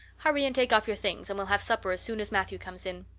hurry and take off your things, and we'll have supper as soon as matthew comes in.